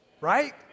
right